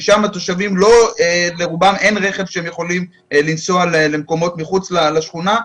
ששם לרוב התושבים אין רכב והם לא יכולים לנסוע למקומות מחוץ לשכונה,